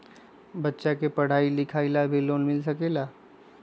बच्चा के पढ़ाई लिखाई ला भी लोन मिल सकेला?